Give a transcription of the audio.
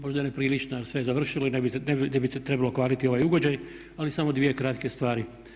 Možda je neprilično sve završilo i ne bi trebalo kvariti ovaj ugođaj ali samo dvije kratke stvari.